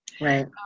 Right